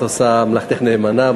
את עושה מלאכתך נאמנה,